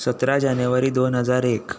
सतरा जानेवारी दोन हजार एक